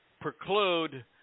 preclude